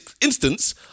instance